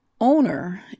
owner